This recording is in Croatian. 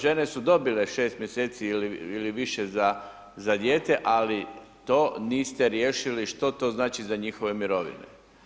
Žene su dobile 6 mjeseci ili više za djete ali to niste riješili što to znači za njihove mirovine.